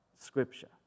Scripture